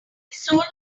solar